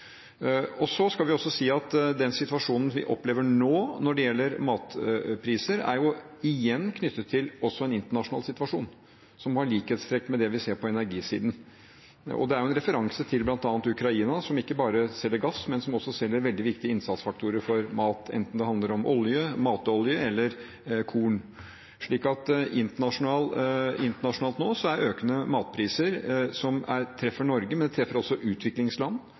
Så skal vi også si at den situasjonen vi opplever nå når det gjelder matpriser, igjen er knyttet til en internasjonal situasjon som har likhetstrekk med det vi ser på energisiden. Det er en referanse til bl.a. Ukraina, som ikke bare selger gass, men som også selger veldig viktige innsatsfaktorer for mat, enten det handler om olje, matolje eller korn. Så internasjonalt nå er det økende matpriser, som treffer Norge, men som også treffer utviklingsland,